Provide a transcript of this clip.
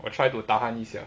I try to tahan 一下